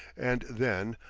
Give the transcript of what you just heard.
and then,